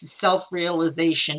self-realization